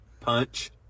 Punch